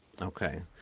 Okay